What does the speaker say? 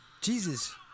Jesus